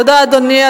תודה, אדוני.